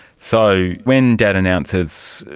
so when dad announces,